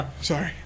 sorry